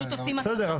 בסדר.